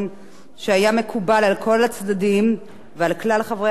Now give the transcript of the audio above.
שהיה מקובל על כלל הצדדים וחברי הכנסת,